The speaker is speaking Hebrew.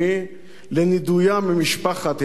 לנידויה ממשפחת העמים,